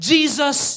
Jesus